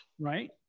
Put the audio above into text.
Right